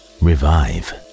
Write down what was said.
revive